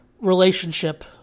relationship